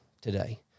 today